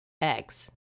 eggs